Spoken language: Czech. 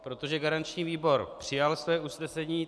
Protože garanční výbor přijal své usnesení.